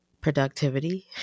productivity